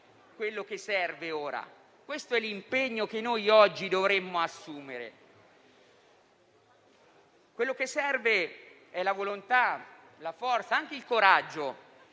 quello che serve ora, questo è l'impegno che noi oggi dovremmo assumere. Quello che serve è la volontà, la forza ed anche il coraggio